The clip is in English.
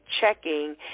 checking